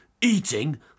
eating